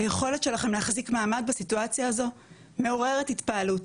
היכולת שלכם להחזיק מעמד בסיטואציה הזו מעוררת התפעלות.